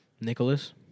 Nicholas